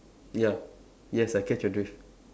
ya yes I catch your drift